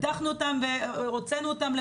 הדחנו אותם והוצאנו אותם,